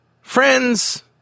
Friends